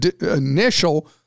initial